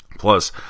Plus